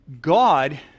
God